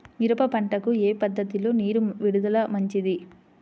మిరప పంటకు ఏ పద్ధతిలో నీరు విడుదల మంచిది?